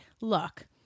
look